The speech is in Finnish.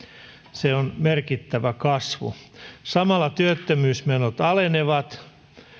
se on merkittävä kasvu samalla työttömyysmenot alenevat